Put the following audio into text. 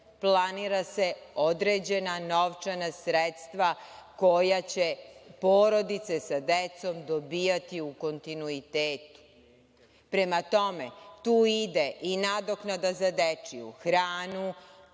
planira se određena novčana sredstva koja će porodice sa decom dobijati u kontinuitetu. Prema tome, tu ide i nadoknada za dečiju hranu